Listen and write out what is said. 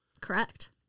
Correct